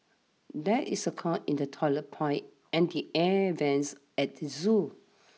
there is a clog in the toilet pipe and the air vents at the zoo